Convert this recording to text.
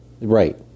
Right